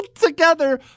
together